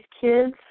kids